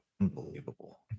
Unbelievable